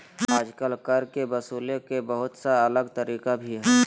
आजकल कर के वसूले के बहुत सा अलग तरीका भी हइ